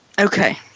Okay